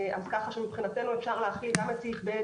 לכן מבחינתנו אפשר להחיל גם את סעיף (ב)